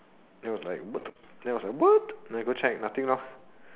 then was like what the then was like what then I go check nothing